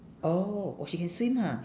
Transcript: oh oh she can swim ha